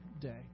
day